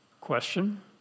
Question